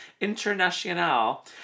international